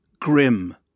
grim